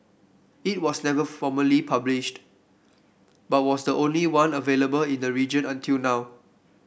it was never formally published but was the only one available in the region until now